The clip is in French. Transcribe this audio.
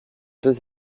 deux